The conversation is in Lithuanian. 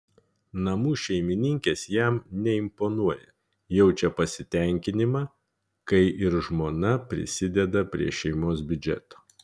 namų šeimininkės jam neimponuoja jaučia pasitenkinimą kai ir žmona prisideda prie šeimos biudžeto